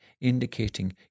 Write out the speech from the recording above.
indicating